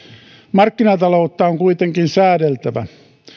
markkinataloutta on kuitenkin säädeltävä